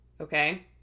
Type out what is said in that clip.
okay